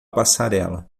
passarela